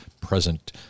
present